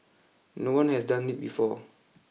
no one has done it before